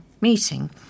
meeting